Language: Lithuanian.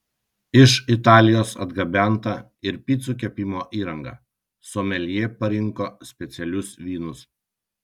iš italijos atgabenta ir picų kepimo įranga someljė parinko specialius vynus